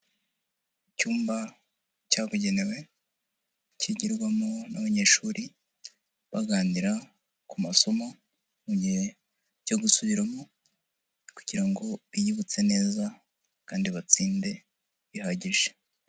Icyumba cyabugenewe kigirwamo n'abanyeshuri baganira ku masomo mu gihe cyo gusubiramo kugira ngo biyibutse neza kandi batsinde bihagije.